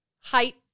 height